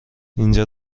اینجا